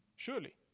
Surely